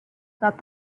thought